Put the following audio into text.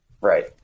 Right